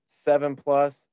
seven-plus